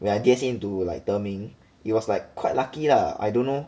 when I D_S_A into like 德明 it was like quite lucky lah I don't know